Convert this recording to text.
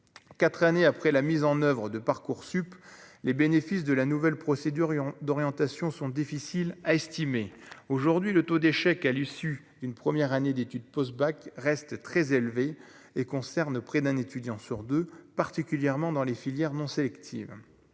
4 années après la mise en oeuvre de Parcoursup les bénéfices de la nouvelle procédure d'orientation sont difficiles à estimer aujourd'hui le taux d'échec à l'issue d'une première année d'études post-bac reste très élevé et concerne près d'un étudiant sur 2, particulièrement dans les filières non sélectives